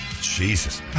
Jesus